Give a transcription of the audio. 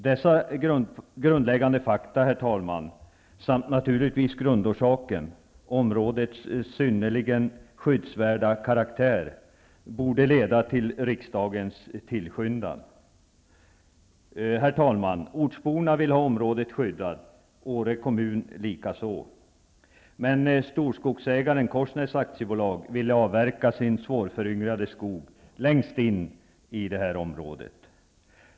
Dessa grundläggande fakta, herr talman, samt naturligtvis grundorsaken -- områdets synnerligen skyddsvärda karaktär -- borde leda till riksdagens tillskyndan. Herr talman! Ortsborna, och likaså Åre kommun, vill ha området skyddat. Men, storskogsägaren Korsnäs AB ville avverka sin svårföryngrade skog längst in i området.